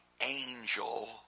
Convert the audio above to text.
angel